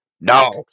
No